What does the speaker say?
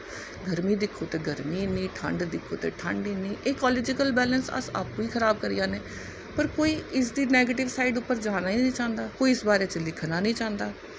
गर्मी दिक्खो ते गर्मी इन्नी ठंड दिक्खो ते ठंड इन्नी इकॉलजिकल बैलैंस अस आपूं गै खराब करी जा ने पर कोई इस दी नैगेटिव साईड़ पर जाना गै नेईं चांह्दा कोई इस बारे च लिखना नेईं चांह्दा